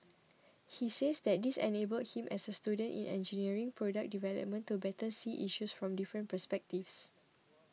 he says that this enabled him as a student in engineering product development to better see issues from different perspectives